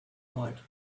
right